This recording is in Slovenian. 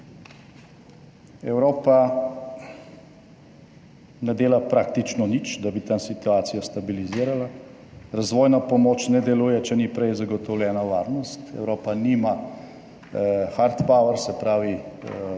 Evropa ne dela praktično nič, da bi tam situacijo stabilizirala. Razvojna pomoč ne deluje, če ni prej zagotovljena varnost. Evropa nima hard power, se pravi realne